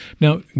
Now